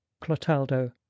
clotaldo